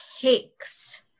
takes